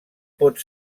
pot